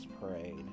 Parade